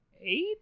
eight